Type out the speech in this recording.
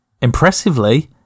Impressively